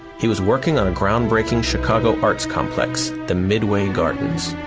he was working on a ground breaking chicago arts complex, the midway gardens.